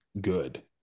good